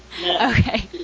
Okay